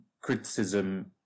criticism